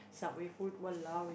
Subway food !walao! eh